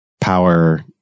power